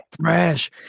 fresh